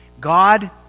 God